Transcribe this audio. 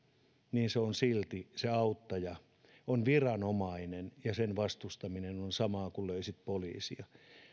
niin silti se auttaja on viranomainen ja sen vastustaminen on sama kuin löisi poliisia